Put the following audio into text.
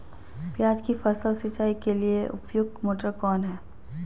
प्याज की फसल सिंचाई के लिए उपयुक्त मोटर कौन है?